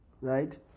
right